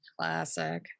Classic